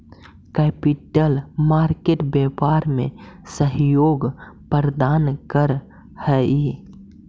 capital market व्यापार में सहयोग प्रदान करऽ हई